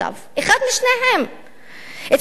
אחד משניהם.